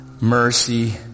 mercy